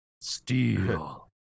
Steel